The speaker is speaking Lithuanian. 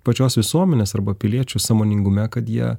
pačios visuomenės arba piliečių sąmoningume kad jie